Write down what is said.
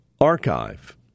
Archive